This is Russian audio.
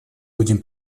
людям